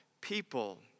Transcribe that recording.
people